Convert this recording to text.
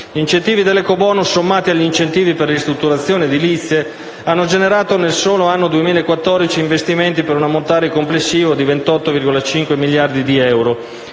Gli incentivi dell'ecobonus, sommati agli incentivi per le ristrutturazioni edilizie, hanno generato nel solo anno 2014 investimenti per un ammontare complessivo di 28,5 miliardi di euro,